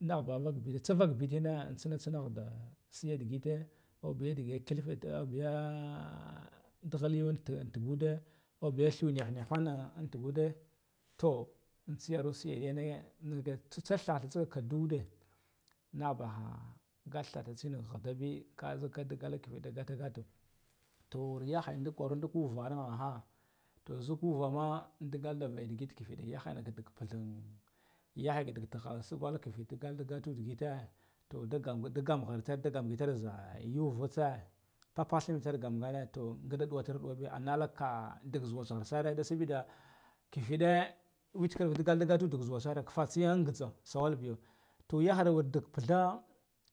Nahba tsave begena an tsena tsena nghadda tseya digeta ahbeya de kilfe ahbeya deghal yan tugudah ahbeya luw nehnehana tughuɗa, toh an ansiyaru siya yaneh nevda sun thathah kunduɗe nahbaha ga thathan tsenah nghadda be kazik kadigal keveth da gatul ghata toh yahaya duk kwanuda duk uvara naha toh szuk uvama digalta vathe deghet kiveɗ yahaya dek pighan yahaya duktheghan sugal kiveɗ dagatur gata digheta toh damdul gamva itar gamghitar za'a yuvitsa takwal nive itar gamgana, toh gatar nuwanu wabe analak ka duk zuwa nghartsare da sabida kiveɗ nghwachke gatul gata duk zuwa sare fatseya anghatha sawal beyo, toh yahayan duk peghan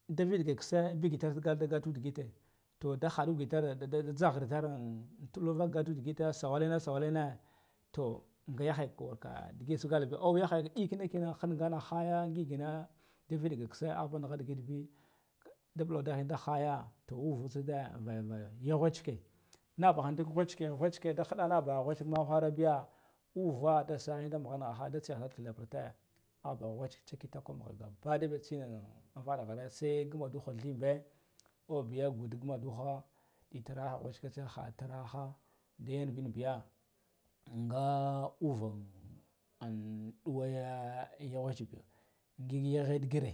daveɗe ga kessey beghitar da gatul dighithe toh da haɗughitare da thaghe citaren an tuɗul gathu digita sawal yina sawal yena, toh gayahaya aw yahaya ɗekna kena hanganen haya ghina da veɗega kesse ahban ngha ndith be da muluda the da haya, toh uvatseda an vayavayo ya ghwachke nahbaha ya ghwachke ghwachke da hunaɗa baha ghwara beya, uva dasahine da nigha nighaha da tsahen da thighal bertha ah baha tsetsa kitakwe biya gabaɗaya anvara nghara sai buladukal dhilniɓe uwbeya guts buladuhan tirahan ghwachke hathe turaha gaya binbiya ga uvon an nɗuwaya ya ghwachke ngik yaviɗ ngire.